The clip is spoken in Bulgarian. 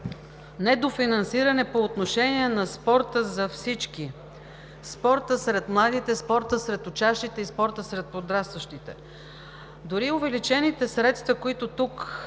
недофинансиране по отношение на спорта за всички – спорта сред младите, спорта сред учащите и спорта сред подрастващите. Дори увеличените средства – тук